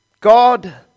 God